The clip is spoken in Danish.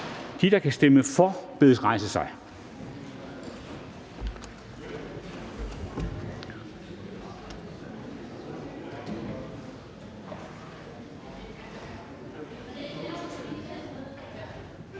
De, der stemmer for, bedes rejse sig.